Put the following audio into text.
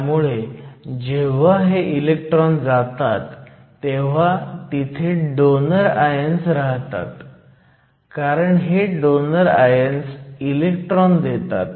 त्यामुळे जेव्हा हे इलेक्ट्रॉन जातात तेव्हा तिथे डोनर आयन्स राहतात कारण हे डोनर आयन्स इलेक्ट्रॉन देतात